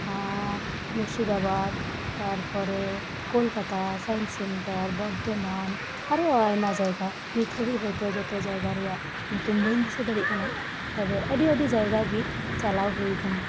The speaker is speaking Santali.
ᱟᱨ ᱢᱩᱨᱥᱤ ᱫᱟᱵᱟᱫ ᱛᱟᱨᱯᱚᱨᱮ ᱠᱚᱞᱠᱟᱛᱟ ᱥᱟᱭᱤᱱᱥ ᱥᱮᱱᱴᱟᱨ ᱵᱚᱨᱫᱷᱚᱢᱟᱱ ᱟᱨᱚ ᱟᱭᱢᱟ ᱡᱟᱭᱜᱟ ᱱᱤᱛᱦᱟᱹᱵᱤᱡ ᱦᱚᱭᱛᱚ ᱡᱚᱛᱚ ᱡᱟᱭᱜᱟ ᱨᱮᱭᱟᱜ ᱧᱩᱛᱩᱢ ᱵᱟᱹᱧ ᱫᱤᱥᱟᱹ ᱫᱟᱲᱤᱜ ᱠᱟᱱᱟ ᱛᱚᱵᱮ ᱟᱹᱰᱤ ᱟᱹᱰᱤ ᱡᱟᱭᱜᱟ ᱜᱤ ᱪᱟᱞᱟᱣ ᱦᱩᱭ ᱟᱠᱟᱱᱟ